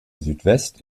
südwest